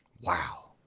Wow